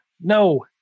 No